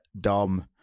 Dom